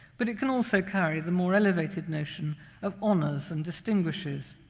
but it can also carry the more elevated notion of honors and distinguishes,